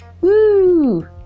woo